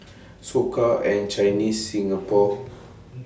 Soka and Chinese Singapore